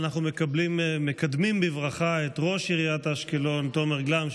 אנחנו מקדמים בברכה את ראש עיריית אשקלון תומר גלאם,